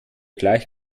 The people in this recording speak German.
gleich